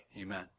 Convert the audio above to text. amen